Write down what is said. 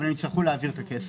אבל הם יצטרכו להעביר את הכסף.